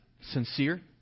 sincere